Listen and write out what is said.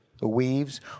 weaves